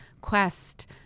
quest